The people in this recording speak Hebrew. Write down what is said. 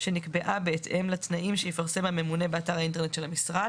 "שנקבעה בהתאם לתנאים שיפרסם הממונה באתר האינטרנט של המשרד".